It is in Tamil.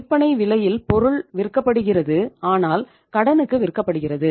விற்பனை விலையில் பொருள் விற்கப்படுகிறது ஆனால் கடனுக்கு விற்கப்படுகிறது